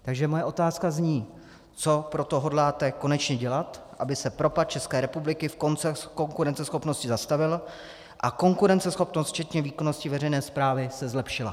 Takže moje otázka zní: Co hodláte konečně dělat pro to, aby se propad České republiky v konkurenceschopnosti zastavil a konkurenceschopnost včetně výkonnosti veřejné správy se zlepšila?